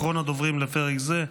אחרון הדוברים לפרק זה,